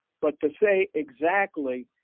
but to say exactly